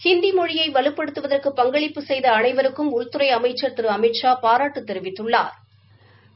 ஹிந்தி மொழியை வலுப்படுத்துவதற்கு பங்களிப்பு செய்த அனைவருக்கும் உள்துறை அமைச்சா் திரு அமித்ஷா பாராட்டு தெரிவித்துள்ளாா்